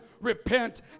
Repent